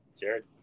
Jared